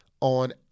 on